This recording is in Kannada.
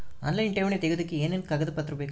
ಆನ್ಲೈನ್ ಠೇವಣಿ ತೆಗಿಯೋದಕ್ಕೆ ಏನೇನು ಕಾಗದಪತ್ರ ಬೇಕು?